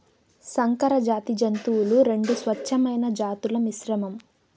సంకరజాతి జంతువులు రెండు స్వచ్ఛమైన జాతుల మిశ్రమం